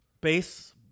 base